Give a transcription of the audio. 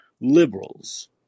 liberals